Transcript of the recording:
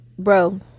bro